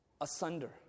asunder